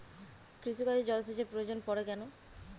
কৃষিকাজে জলসেচের প্রয়োজন পড়ে কেন?